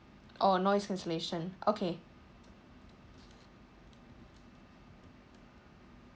orh noise cancellation okay